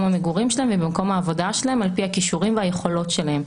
המגורים שלהם ובמקום העבודה שלהם על פי הכישורים והיכולות שלהם.